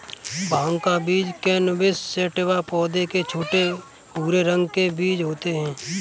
भाँग का बीज कैनबिस सैटिवा पौधे के छोटे, भूरे रंग के बीज होते है